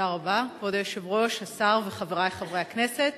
כבוד היושב-ראש, תודה רבה, השר וחברי חברי הכנסת,